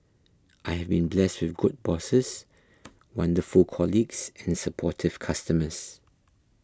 I have been blessed with good bosses wonderful colleagues and supportive customers